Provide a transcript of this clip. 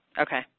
Okay